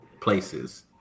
places